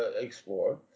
explore